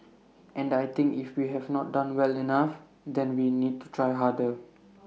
and I think if we have not done well enough then we need to try harder